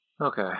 okay